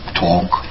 talk